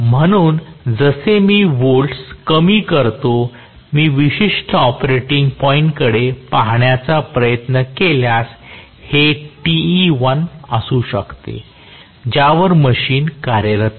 म्हणून जसे मी व्होल्ट्स कमी करतो मी विशिष्ट ऑपरेटिंग पॉईंटकडे पाहण्याचा प्रयत्न केल्यास हे Te1 असू शकते ज्यावर मशीन कार्यरत आहे